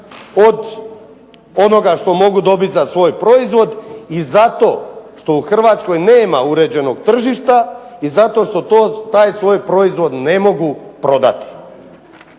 od onoga što mogu dobiti za svoj proizvod i zato što u Hrvatskoj nema uređenog tržišta i zato što taj svoj proizvod ne mogu prodati.